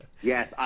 Yes